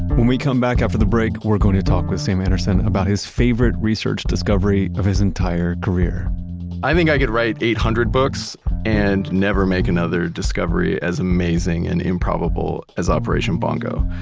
when we come back after the break, we're going to talk with sam anderson about his favorite research discovery of his entire career i think i could write eight hundred books and never make another discovery as amazing and improbable as operation bongo.